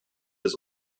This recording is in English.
has